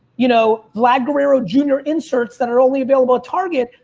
you know, vlad guerrero jr. inserts that are only available at target,